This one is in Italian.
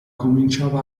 cominciava